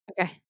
Okay